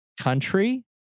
country